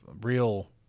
real